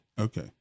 Okay